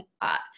up